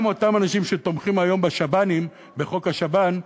גם אותם אנשים שתומכים היום בשב"נים, בחוק השב"ן,